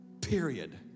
Period